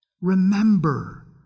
Remember